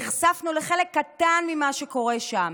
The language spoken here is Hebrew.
נחשפנו לחלק קטן ממה שקורה שם: